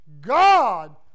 God